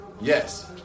Yes